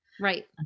Right